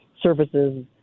services